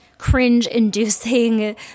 cringe-inducing